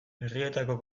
herrietako